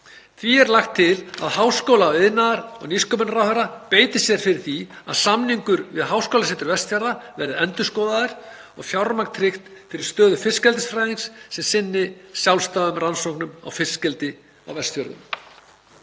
Því er lagt til að háskóla-, iðnaðar- og nýsköpunarráðherra beiti sér fyrir því að samningur við Háskólasetur Vestfjarða verði endurskoðaður og fjármagn tryggt fyrir stöðu fiskeldisfræðings sem sinni sjálfstæðum rannsóknum á fiskeldi á Vestfjörðum.“